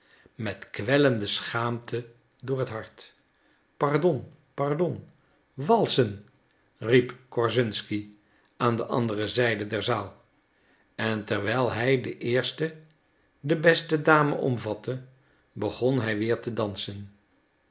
met kwellende schaamte door het hart pardon pardon walsen riep korszunsky aan de andere zijde der zaal en terwijl hij de eerste de beste dame omvatte begon hij weer te dansen